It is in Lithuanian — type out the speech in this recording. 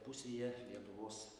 pusėje lietuvos